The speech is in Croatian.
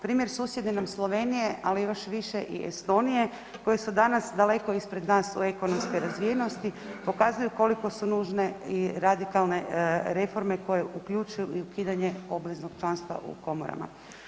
Primjer susjedne nam Slovenije, ali još više i Estonije koje su danas daleko ispred nas u ekonomskoj razvijenosti pokazuje koliko su nužne i radikalne reforme koje uključuju i ukidanje obveznog članstva u komorama.